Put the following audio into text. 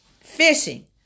fishing